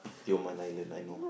Tioman Island I know